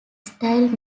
style